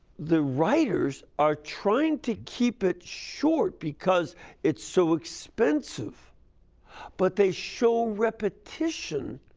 the writers are trying to keep it short because it's so expensive but they show repetition,